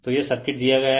तो यह सर्किट दिया गया है